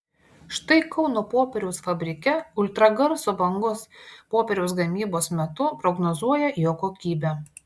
štai kauno popieriaus fabrike ultragarso bangos popieriaus gamybos metu prognozuoja jo kokybę